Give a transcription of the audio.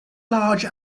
large